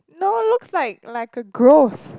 no looks like like a growth